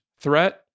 threat